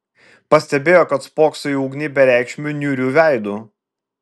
pastebėjo kad spokso į ugnį bereikšmiu niūriu veidu